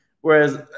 Whereas